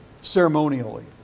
ceremonially